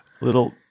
little